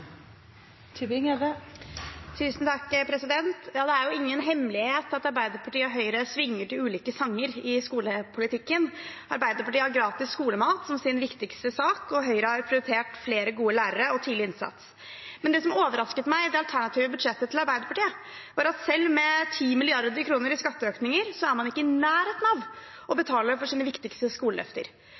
Høyre «swinger» seg til ulike sanger i skolepolitikken. Arbeiderpartiet har gratis skolemat som sin viktigste sak, og Høyre har prioritert flere gode lærere og tidlig innsats. Det som overrasket meg i det alternative budsjettet til Arbeiderpartiet, var at selv med 10 mrd. kr i skatteøkninger er man ikke i nærheten av å betale for sine viktigste